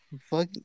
Fuck